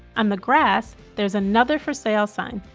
on the grass there's another for sale sign,